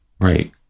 Right